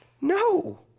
No